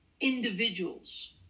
individuals